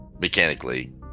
mechanically